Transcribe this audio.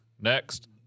Next